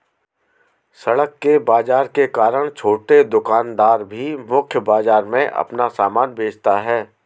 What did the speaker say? सड़क के बाजार के कारण छोटे दुकानदार भी मुख्य बाजार में अपना सामान बेचता है